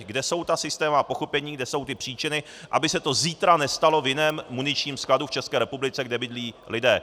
Kde jsou ta systémová pochybení, kde jsou ty příčiny, aby se to zítra nestalo v jiném muničním skladu v České republice, kde bydlí lidé.